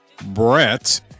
brett